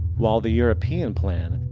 while the european plan.